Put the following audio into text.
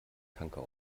tanker